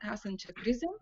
esančią krizę